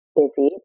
busy